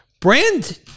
Brand